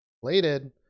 plated